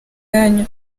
yanyu